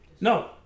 No